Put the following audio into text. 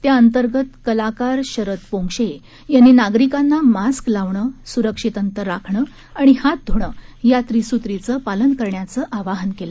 त्याअंतर्गत कलाकार शरद पोंक्षे यांनी नागरिकांना मास्क लावणं सुरक्षित अंतर राखण आणि हात धुणं या त्रिसुत्रीचं पालन करण्याचं आवाहन केलं